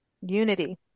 Unity